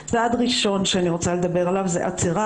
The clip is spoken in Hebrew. צעד ראשון שאני רוצה לדבר עליו זה עצירה